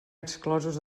exclosos